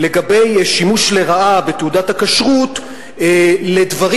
על השימוש לרעה בתעודת הכשרות לדברים